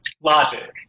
Logic